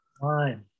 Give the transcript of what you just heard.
Fine